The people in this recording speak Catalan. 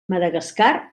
madagascar